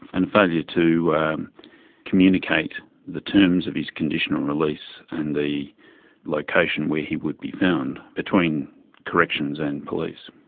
and a failure to communicate the terms of his conditional release and the location where he would be found, between corrections and police.